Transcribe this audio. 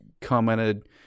commented